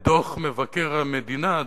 את דוח מבקר המדינה,